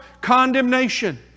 condemnation